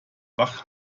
wach